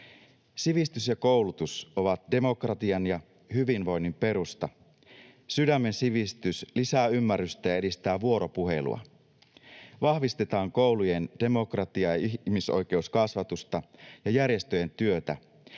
Sivistys ja koulutus ovat demokratian ja hyvinvoinnin perusta. Sydämen sivistys lisää ymmärrystä ja edistää vuoropuhelua. Vahvistetaan koulujen demokratia‑ ja ihmisoikeuskasvatusta ja järjestöjen työtä.